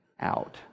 out